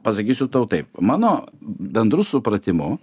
pasakysiu tau taip mano bendru supratimu